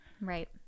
Right